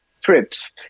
trips